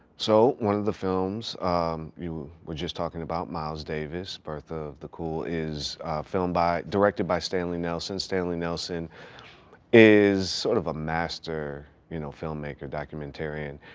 so one of the films you were just talking about, miles davis birth of the cool is a film by, directed by stanley nelson. stanley nelson is sort of a master you know filmmaker, documentarian,